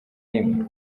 rimwe